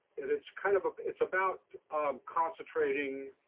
and it's kind of a it's about concentrating